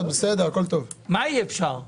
כלומר, לפרויקט תיירותי.